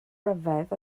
ryfedd